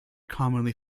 commonly